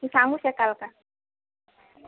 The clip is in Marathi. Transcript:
सांगू शकाल का